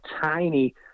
tiny